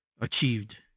achieved